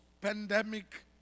pandemic